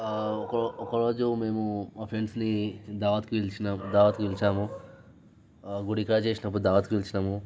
ఒకో ఒకరోజు మేము మా ఫ్రెండ్స్ని దావత్కి పిలిచినా దావత్కి పిలిచాము గుడికాడ చేసినప్పుడు దావత్కి పిలిచినాము